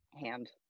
hand